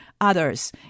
others